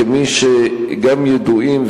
כמי שגם ידועים,